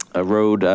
a road,